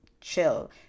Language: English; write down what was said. chill